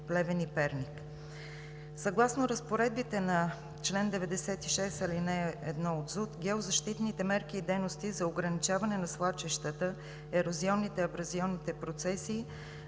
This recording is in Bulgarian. Плевен и Перник. Съгласно разпоредбите на чл. 96, ал. 1 от ЗУТ геозащитните мерки и дейности за ограничаване на свлачищата, ерозионните и абразионните процеси